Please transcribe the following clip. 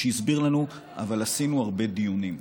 הוא הסביר לנו: אבל עשינו הרבה דיונים.